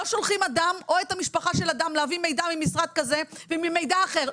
לא שולחים אדם או את המשפחה של אדם להביא מידע ממשרד כזה וממשרד אחר,